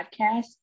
podcast